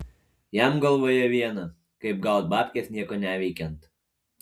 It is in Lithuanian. jam galvoje viena kaip gaut babkes nieko neveikiant